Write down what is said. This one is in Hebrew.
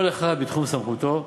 כל אחד בתחום סמכותו,